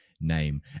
name